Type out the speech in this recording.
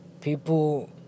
People